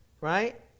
right